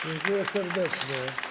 Dziękuję serdecznie.